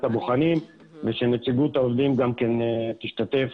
הבוחנים ושנציגות העובדים גם תשתתף